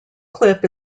clip